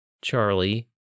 Charlie